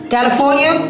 California